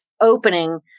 opening